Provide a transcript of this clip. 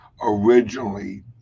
originally